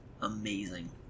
amazing